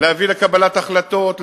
להביא לקבלת החלטות,